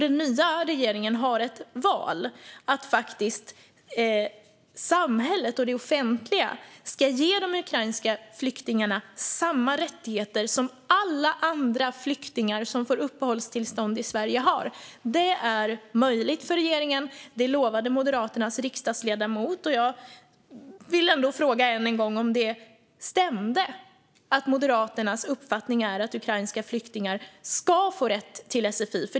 Den nya regeringen kan välja att låta samhället, det offentliga, ge de ukrainska flyktingarna samma rättigheter som alla andra flyktingar som får uppehållstillstånd i Sverige har. Det är möjligt för regeringen. Jag vill än en gång fråga om det stämde att Moderaternas uppfattning var att ukrainska flyktingar skulle få rätt till sfi.